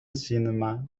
cinema